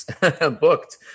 booked